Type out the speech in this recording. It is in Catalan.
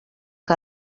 que